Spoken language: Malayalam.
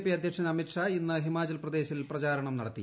പി അദ്ധ്യക്ഷൻ അമിത് ഷാ ഇന്ന് ഹിമാചൽ പ്രദേശിൽ പ്രചാരണം നടത്തി